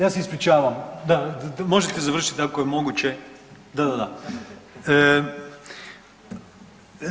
Ja se ispričavam da možete završit ako je moguće da, da, da.